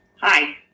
Hi